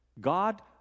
God